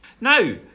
Now